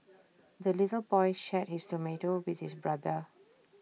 the little boy shared his tomato with his brother